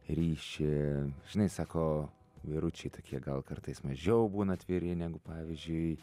ryšį žinai sako vyručiai tokie gal kartais mažiau būna atviri negu pavyzdžiui